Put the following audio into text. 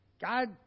God